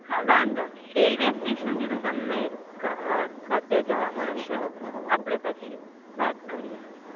હા વાંધો નહીં રેલ્વે સ્ટેશનથી તો તમને બધે જવા મળશે આપણે પછી વાત કરીએ